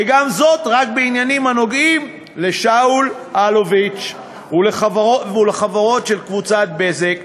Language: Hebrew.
וגם זאת רק בעניינים הנוגעים לשאול אלוביץ ולחברות של קבוצת "בזק".